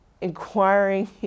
inquiring